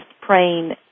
praying